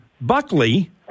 Buckley